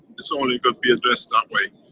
this only could be addressed that way.